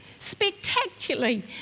Spectacularly